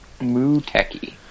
Muteki